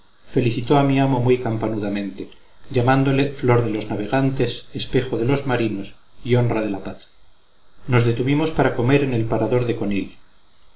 felicitó a mi amo muy campanudamente llamándole flor de los navegantes espejo de los marinos y honra de la patria nos detuvimos para comer en el parador de conil